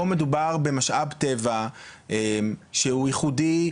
פה מדובר במשאב טבע שהוא ייחודי,